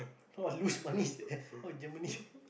!wah! lose money seh for Germany